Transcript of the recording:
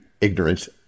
ignorance